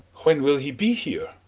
when will he be here?